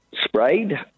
sprayed